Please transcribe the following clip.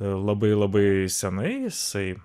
labai labai seniai jisai